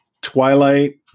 Twilight